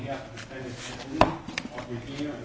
yeah yeah